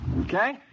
Okay